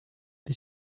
did